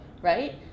Right